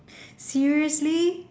seriously